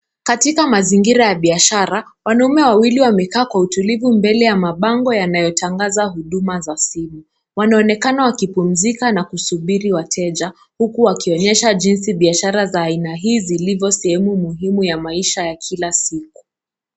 Katika mazingira ya biashara wanaume wawili wamekaa kwa utulivu mbele ya mabango yanayotangaza huduma za simu. Wanaonekana kupumzika na kusubiri wateja huku wakionyesha jinsi biashara za aina hii zilivo sehemu muhimu ya maisha ya kila siku.